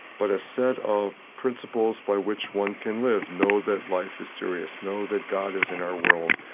but a set of principles by which one can live know that life is serious. know that god is in our world.